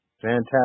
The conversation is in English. Fantastic